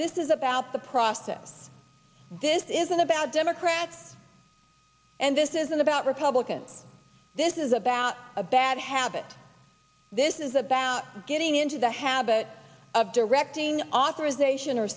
this is about the process this isn't about democrats and this isn't about republicans this is about a bad habit this is about getting into the habit of directing authorization